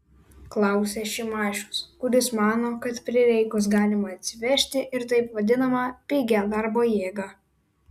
klausia šimašius kuris mano kad prireikus galima atsivežti ir taip vadinamą pigią darbo jėgą